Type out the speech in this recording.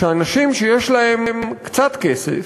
שאנשים שיש להם קצת כסף,